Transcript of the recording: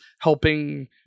helping